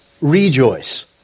rejoice